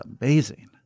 amazing